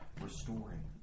restoring